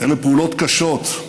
אלה פעולות קשות.